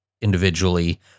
individually